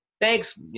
thanks